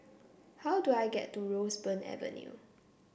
how do I get to Roseburn Avenue